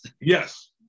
Yes